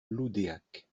loudéac